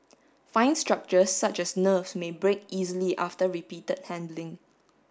fine structures such as nerves may break easily after repeated handling